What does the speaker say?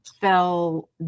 fell